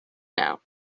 know